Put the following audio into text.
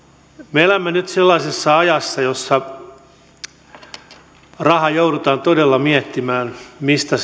me elämme nyt sellaisessa ajassa jossa joudutaan todella miettimään mistä